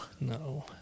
No